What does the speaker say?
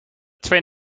twin